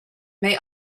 may